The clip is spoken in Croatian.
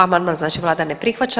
Amandman znači vlada ne prihvaća.